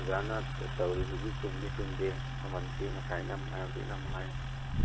ꯑꯣꯖꯥꯅ ꯇꯧꯔꯤꯁꯤꯗꯤ ꯆꯨꯝꯗꯤ ꯆꯨꯝꯗꯦ ꯃꯃꯟꯁꯤ ꯉꯁꯥꯏꯅ ꯑꯃ ꯍꯥꯏ ꯍꯧꯖꯤꯛꯅ ꯑꯃ ꯍꯥꯏ